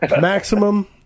Maximum